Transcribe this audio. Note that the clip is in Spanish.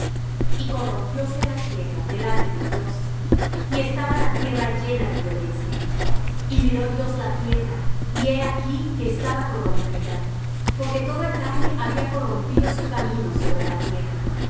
y corrompióse la tierra delante de dios y estaba la tierra llena de violencia y miró dios la tierra y he aquí que estaba corrompida porque toda carne había corrompido su camino sobre la tierra